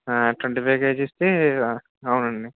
twenty five కేజీస్ది అవునండి